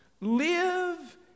Live